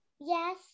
Yes